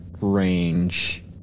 range